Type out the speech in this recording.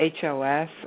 HOS